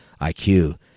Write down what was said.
IQ